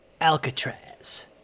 Alcatraz